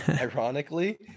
ironically